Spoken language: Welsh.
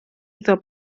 iddo